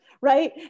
right